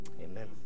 Amen